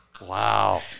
wow